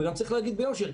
גם צריך להגיד ביושר,